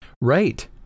Right